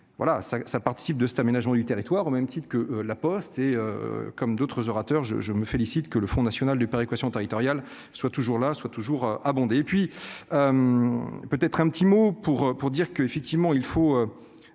voilà, ça, ça participe de cet aménagement du territoire, au même titre que la Poste et comme d'autres orateurs je je me félicite que le Front national du péréquation territoriale soit toujours là soit toujours abondé, et puis peut-être un petit mot pour pour dire que, effectivement, il faut